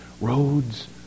roads